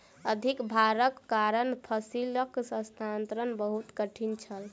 अधिक भारक कारण फसिलक स्थानांतरण बहुत कठिन छल